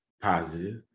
positive